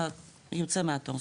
אתה יוצא מהתור,